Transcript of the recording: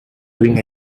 doing